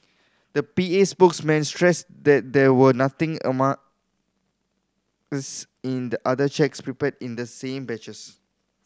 the P A spokesperson stressed that there was nothing in the other cheques prepared in the same batches